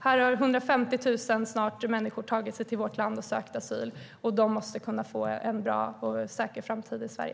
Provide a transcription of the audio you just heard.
Snart är det 150 000 människor som har tagit sig till vårt land och sökt asyl. De måste kunna få en bra och säker framtid i Sverige.